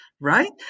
Right